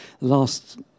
last